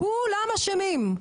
כולם אשמים,